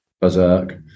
berserk